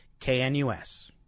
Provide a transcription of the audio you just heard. KNUS